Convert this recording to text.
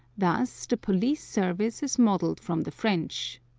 thus the police service is modelled from the french,